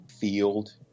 field